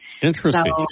Interesting